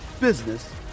business